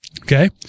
Okay